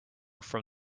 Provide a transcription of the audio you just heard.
from